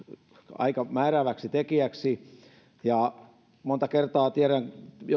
aika määrääväksi tekijäksi tiedän että monta kertaa